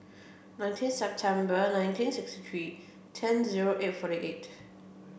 nineteen September nineteen sixty three ten zero eight forty eight